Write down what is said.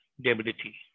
debility